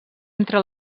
entre